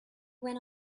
went